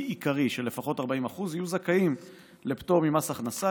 עיקרי של לפחות 40% יהיו זכאים לפטור ממס הכנסה,